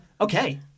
okay